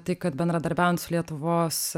tai kad bendradarbiaujant su lietuvos